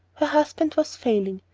her husband was failing,